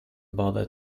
bother